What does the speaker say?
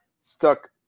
stuck